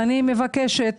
אני מבקשת,